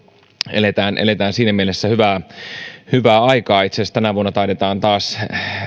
eletään eletään siinä mielessä hyvää hyvää aikaa itse asiassa tänä vuonna taidetaan taas